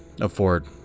afford